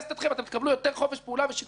אתם תקבלו יותר חופש פעולה ושיקול דעת.